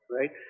right